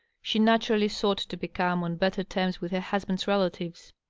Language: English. she naturally sought to become on better terms with her husband's relatives.